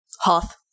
Hoth